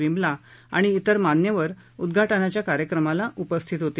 विमला आणि तिर मान्यवर उद्घाज़ाच्या कार्यक्रमाला उपस्थित होते